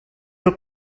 del